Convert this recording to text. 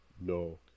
No